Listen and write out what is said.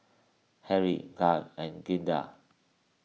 Harry Guy and Glynda